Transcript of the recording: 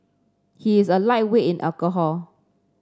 he is a lightweight in alcohol